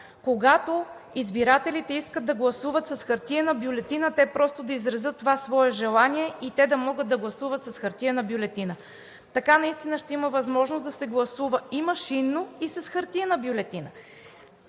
когато избирателите искат да гласуват с хартиена бюлетина, просто да изразят това свое желание и да могат да гласуват с хартиена бюлетина? Така ще има възможност да се гласува и машинно, и с хартиена бюлетина.